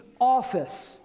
office